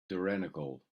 tyrannical